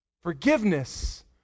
Forgiveness